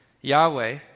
Yahweh